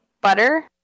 butter